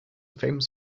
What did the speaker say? famous